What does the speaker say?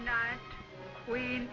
know we